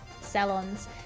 salons